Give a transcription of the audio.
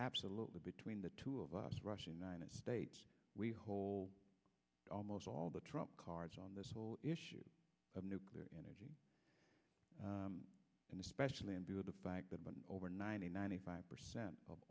absolutely between the two of us rushing nine it states we hold almost all the trump cards on this whole issue of nuclear energy and especially in view of the fact that over ninety ninety five percent of